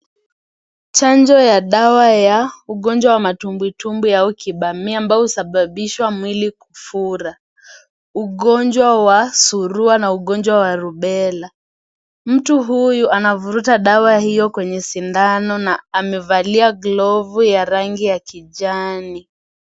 Chanjo ya dawa ya ugonjwa ya matumbwi tumbwi au kibamia ambao husababisha mwili kufura ugonjwa wa surua na ugonjwa wa rubela mtu huyu anavuruta dawa hiyo kwenye sindano na amevalia glovu ya rangi ya kijani.